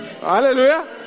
Hallelujah